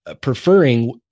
preferring